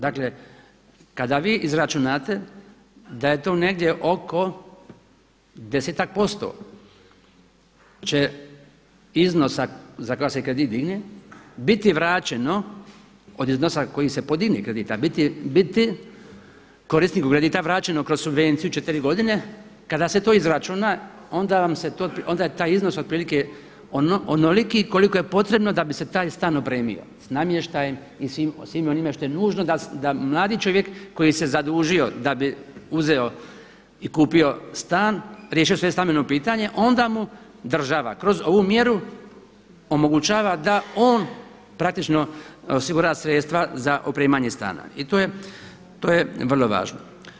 Dakle kada vi izračunate da je to negdje oko desetak posto će iznosa za koji se kredit digne biti vraćeno od iznosa koji se podigne krediti biti korisniku kredita vraćeno kroz subvenciju četiri godine, kada se to izračuna onda je taj iznos otprilike onoliki koliko je potrebno da bi se taj stan opremio s namještajem i svim onim što je nužno da mladi čovjek koji se zadužio da bi uzeo i kupio stan, riješio svoje stambeno pitanje onda mu država kroz ovu mjeru omogućava da on praktično osigura sredstva za opremanje stana i to je vrlo važno.